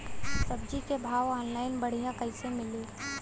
सब्जी के भाव ऑनलाइन बढ़ियां कइसे मिली?